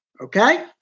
Okay